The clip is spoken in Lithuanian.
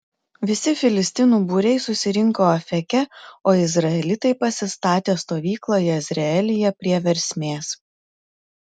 visi filistinų būriai susirinko afeke o izraelitai pasistatė stovyklą jezreelyje prie versmės